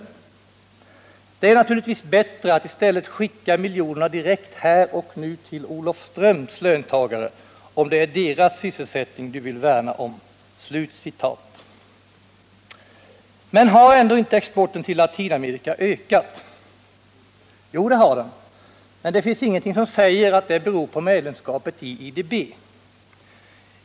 Det är naturligtvis bättre att i stället skicka miljonerna direkt här och nu till Olofströms löntagare om det är deras sysselsättning du vill värna om.” Men har ändå inte exporten till Latinamerika ökat? Jo, det har den, men det finns ingenting som säger att det beror på medlemskapet i IDB.